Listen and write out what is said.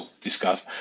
discuss